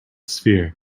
sphere